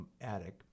attic